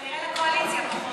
כנראה לקואליציה פחות.